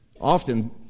Often